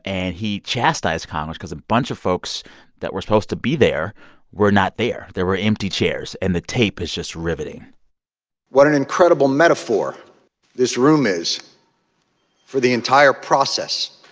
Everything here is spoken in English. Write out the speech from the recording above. and he chastised congress because a bunch of folks that were supposed to be there were not there. there were empty chairs. and the tape is just riveting what an incredible metaphor this room is for the entire process